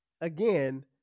again